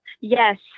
Yes